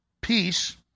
Peace